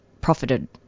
profited